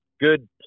good